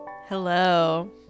Hello